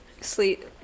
sleep